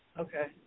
Okay